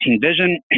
vision